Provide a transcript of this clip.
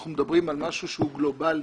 אנחנו מדברים על משהו שהוא גלובלי.